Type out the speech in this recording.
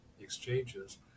exchanges